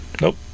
Nope